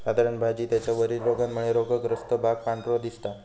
साधारण भाजी त्याच्या वरील रोगामुळे रोगग्रस्त भाग पांढरो दिसता